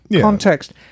context